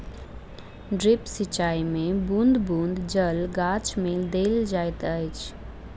drip सिचाई मे बूँद बूँद जल गाछ मे देल जाइत अछि